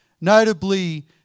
Notably